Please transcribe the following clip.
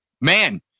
Man